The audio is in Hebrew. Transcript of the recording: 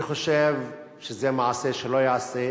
אני חושב שזה מעשה שלא ייעשה.